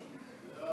כדי שהוא